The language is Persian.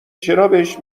چرابهش